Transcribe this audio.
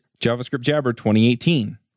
JavaScriptJabber2018